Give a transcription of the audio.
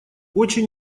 очень